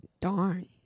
Darn